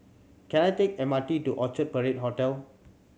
can I take M R T to Orchard Parade Hotel